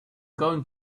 going